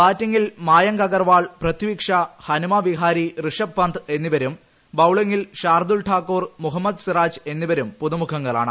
ബാറ്റിംഗിൽ മായംഗ് അഗർവാൾ പൃഥ്വി ഷാ ഹനുമാ വിഹാരി ഋഷഭ് പന്ദ് എന്നിവരും ബൌളിങിൽ ഷാർദുൽ ഠാക്കൂർ മുഹമ്മദ് സിറാജ് എന്നിവരും പുതുമുഖങ്ങളാണ്